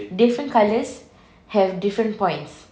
different colours have different points